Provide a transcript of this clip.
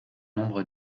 nombre